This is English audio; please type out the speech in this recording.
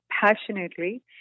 passionately